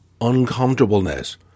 uncomfortableness